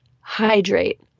hydrate